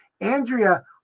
Andrea